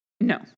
No